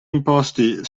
imposti